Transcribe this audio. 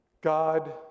God